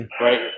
right